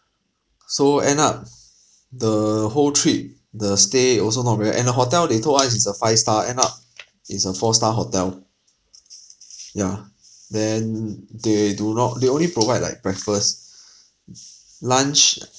so end up the whole trip the stay also not very and the hotel they told us is a five star end up it's a four star hotel yeah then they do not they only provide like breakfast lunch